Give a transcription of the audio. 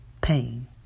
pain